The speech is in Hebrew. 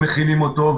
הם מכינים אותו,